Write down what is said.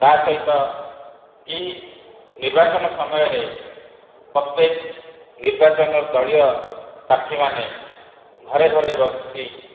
ତା'ସହିତ ଏହି ନିର୍ବାଚନ ସମୟରେ ପ୍ରତ୍ୟେକ ନିର୍ବାଚନ ଦଳୀୟ ପ୍ରାର୍ଥୀମାନେ ଘରେ ଘରେ ବସି